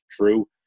true